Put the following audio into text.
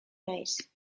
naiz